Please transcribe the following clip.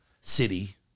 city